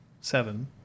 Seven